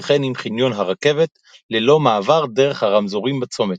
וכן עם חניון הרכבת, ללא מעבר דרך הרמזורים בצומת.